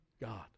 God